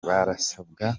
barasabwa